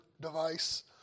device